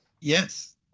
Yes